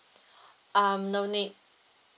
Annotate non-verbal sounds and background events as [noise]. [breath] um no need